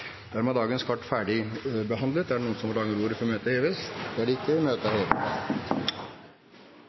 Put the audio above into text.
Dermed er dagens kart ferdigbehandlet. Forlanger noen ordet før møtet heves? – Møtet er hevet.